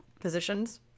positions